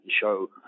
show